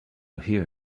hear